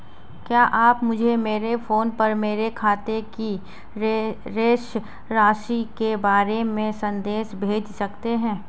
क्या आप मुझे मेरे फ़ोन पर मेरे खाते की शेष राशि के बारे में संदेश भेज सकते हैं?